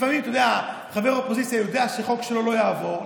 לפעמים חבר אופוזיציה יודע שחוק שלו לא יעבור.